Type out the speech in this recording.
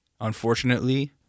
unfortunately